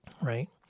right